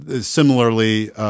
similarly